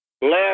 left